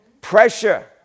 Pressure